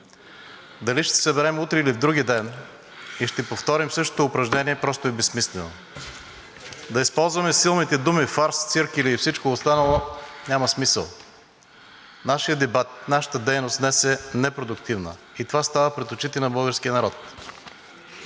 дали ще се съберем утре, или вдругиден и ще повторим същото упражнение, просто е безсмислено. Да използваме силните думи фарс, цирк или всичко останало, няма смисъл. Нашият дебат, нашата дейност днес е непродуктивна и това става пред очите на българския народ.